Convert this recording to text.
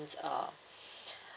uh